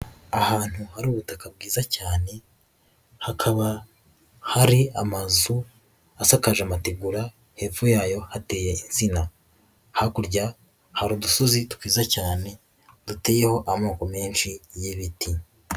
Ahantu hari ubutaka bwiza cyane hakaba hari amazu asakaje amategura hepfo yayo hateye insina, hakurya hari udusozi twiza cyane duteyeho amoko menshi y'ibiti.